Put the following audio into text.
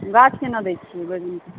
गाछ केना दै छियै बैगनके